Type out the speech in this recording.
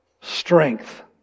strength